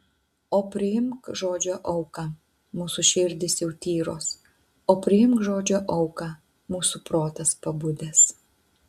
o priimk žodžio auką mūsų širdys jau tyros o priimk žodžio auką mūsų protas pabudęs